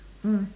mm